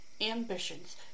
ambitions